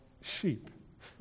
sheep